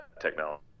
Technology